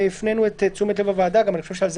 הפנינו את תשומת לב הוועדה אני חושב שעל זה